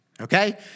Okay